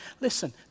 Listen